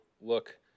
look